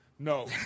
No